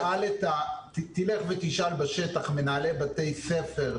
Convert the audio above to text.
תלך ותשאל בשטח מנהלי בתי ספר,